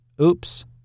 Oops